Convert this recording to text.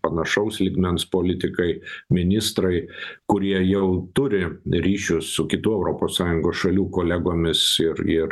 panašaus lygmens politikai ministrai kurie jau turi ryšių su kitų europos sąjungos šalių kolegomis ir ir